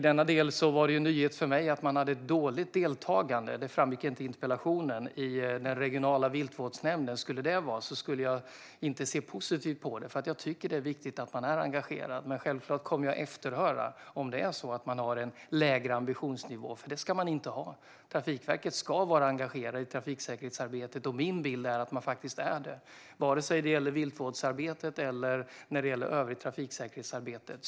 Det var en nyhet för mig att man hade ett dåligt deltagande i den regionala viltvårdsnämnden, för det framgick inte i interpellationen. Skulle det vara så skulle jag inte se positivt på det, för jag tycker att det är viktigt att man är engagerad. Självklart kommer jag att efterhöra om det är så att man har en lägre ambitionsnivå. Det ska man inte ha. Trafikverket ska vara engagerat i trafiksäkerhetsarbetet, och min bild är att man faktiskt är det, vare sig det gäller viltvårdsarbetet eller övrigt trafiksäkerhetsarbete.